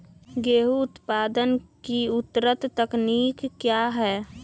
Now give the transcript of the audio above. गेंहू उत्पादन की उन्नत तकनीक क्या है?